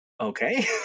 Okay